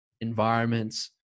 environments